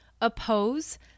oppose